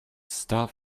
stop